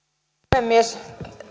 puhemies